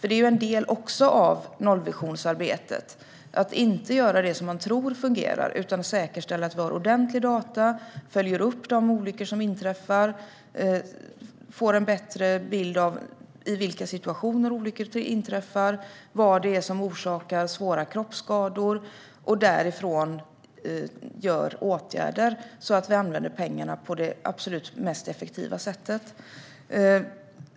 Det är också en del av nollvisionsarbetet, att inte göra det som man tror fungerar utan säkerställa att vi har ordentliga data, följer upp de olyckor som inträffar, får en bättre bild av i vilken situation som detta inträffar och vad det är som orsakar svåra krockskador. Utifrån detta ska man vidta åtgärder så att pengarna används på det absolut mest effektiva sättet.